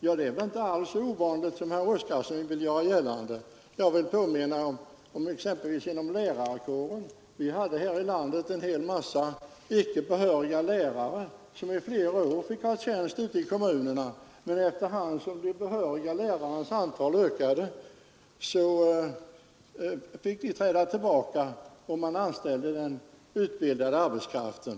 Ja, det är väl inte alls så ovanligt som herr Oskarson vill göra gällande. Jag vill påminna om exempelvis lärarkåren. Vi hade här i landet en hel massa icke behöriga lärare, som i flera år fick ha tjänst ute i kommunerna. Men efter hand som de behöriga lärarnas antal ökade fick de icke behöriga lärarna träda tillbaka, och man anställde den utbildade arbetskraften.